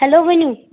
hello ؤنِو